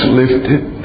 lifted